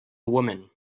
woman